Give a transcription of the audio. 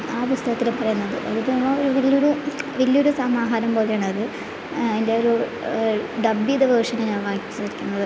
ആ പുസ്തകത്തിൽ പറയുന്നത് വലിയൊരു വലിയൊരു സമാഹാരം പോലെയാണ് അത് അതിൻ്റെ ആ ഒരു ഡബ്ബ് ചെയ്ത വേർഷനാണ് ഞാൻ വായിച്ചിരിക്കുന്നത്